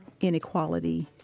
inequality